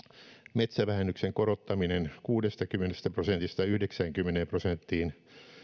metsävähennyksen korottaminen kuudestakymmenestä prosentista yhdeksäänkymmeneen prosenttiin